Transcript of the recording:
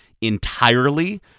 entirely